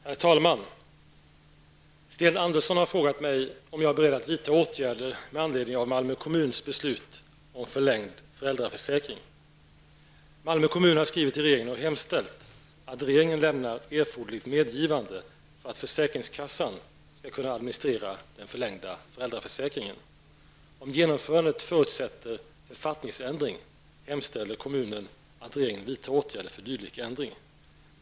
Herr talman! Sten Andersson i Malmö har frågat mig om jag är beredd att vidta åtgärder med anledning av Malmö kommuns beslut om förlängd föräldraförsäkring. Malmö kommun har skrivit till regeringen och hemställt att regeringen lämnar erforderligt medgivande för att försäkringskassan skall kunna administrera den förlängda föräldraförsäkringen. Om genomförandet förutsätter författningsändring hemställer kommunen att regeringen vidtar åtgärder för dylik ändring.